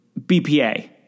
BPA